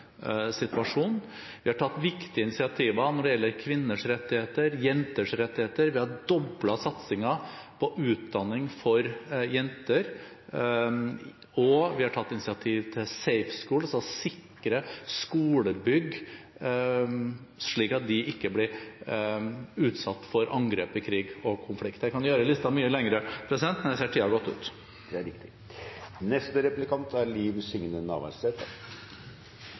situasjon. Vi har tatt viktige initiativer når det gjelder kvinners rettigheter, jenters rettigheter. Vi har doblet satsingen på utdanning for jenter. Og vi har tatt initiativ til Safe Schools, altså sikre skolebygg, slik at de ikke blir utsatt for angrep i krig og konflikter. Jeg kunne gjort listen mye lengre, men jeg ser at tiden har gått ut.